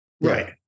Right